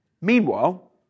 Meanwhile